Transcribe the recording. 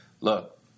look